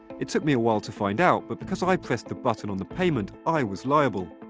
it took me a while to find out. but because i pressed the button on the payment, i was liable,